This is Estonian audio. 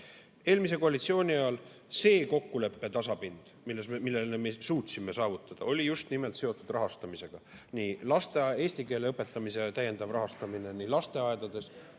Eelmise koalitsiooni ajal see kokkuleppe tasapind, mille me suutsime saavutada, oli just nimelt seotud rahastamisega – eesti keele õpetamise täiendav rahastamine nii lasteaedades